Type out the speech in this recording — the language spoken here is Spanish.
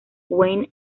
wayne